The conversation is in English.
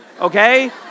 okay